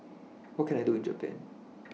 What Can I Do in Japan